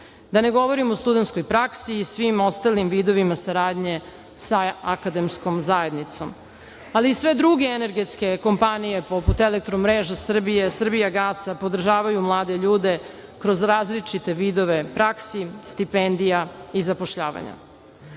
ne govorim o studentskoj praksi i svim ostalim vidovima saradnje sa akademskom zajednicom. Ali, i sve druge energetske kompanije, poput "Elektromreža Srbije", "Srbijagasa" podržavaju mlade ljude kroz različite vidove praksi, stipendija i zapošljavanja. Pokušali